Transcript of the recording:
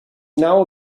now